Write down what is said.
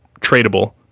tradable